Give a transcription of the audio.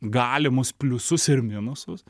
galimus pliusus ir minusus